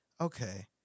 okay